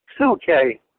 okay